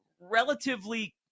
relatively